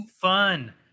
fun